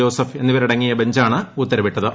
Joseph എന്നിവരടങ്ങിയ ബഞ്ചാണ് ഉത്തരവിട്ടത്